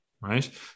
right